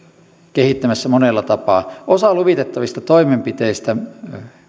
kehittämässä monella tapaa osa luvitettavista toimenpiteistä